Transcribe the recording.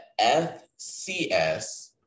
FCS